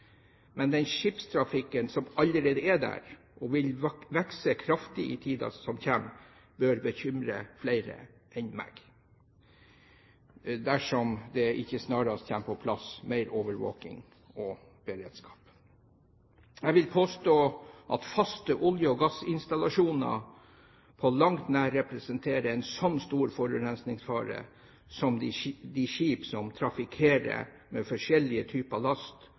men den skipstrafikken som allerede er der, og som vil vokse kraftig i tiden som kommer, bør bekymre flere enn meg, dersom det ikke snarest kommer på plass mer overvåking og beredskap. Jeg vil påstå at faste olje- og gassinstallasjoner på langt nær representerer en så stor forurensningsfare som de skip som trafikkerer med forskjellige typer last,